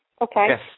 Okay